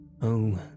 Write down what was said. Oh